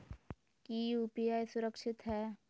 की यू.पी.आई सुरक्षित है?